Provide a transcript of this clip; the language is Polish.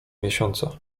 miesiąca